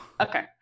Okay